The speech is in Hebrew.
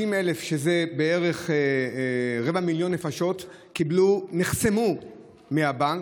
60,000, שזה בערך רבע מיליון נפשות, נחסמו בבנק,